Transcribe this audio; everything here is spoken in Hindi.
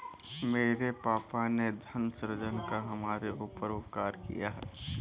मेरे पापा ने धन सृजन कर हमारे ऊपर उपकार किया है